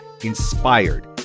inspired